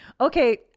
okay